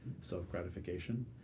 self-gratification